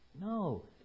No